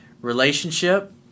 relationship